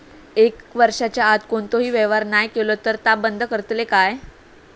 एक वर्षाच्या आत कोणतोही व्यवहार नाय केलो तर ता बंद करतले काय?